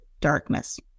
darkness